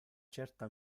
certa